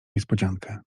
niespodziankę